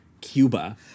Cuba